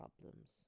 problems